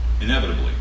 inevitably